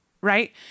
right